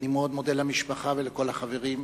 מאוד מודה למשפחה ולכל החברים.